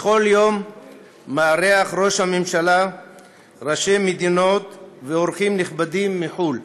בכל יום מארח ראש הממשלה ראשי מדינות ואורחים נכבדים מחו"ל.